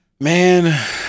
Man